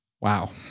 Wow